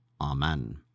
Amen